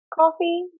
coffee